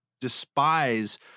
despise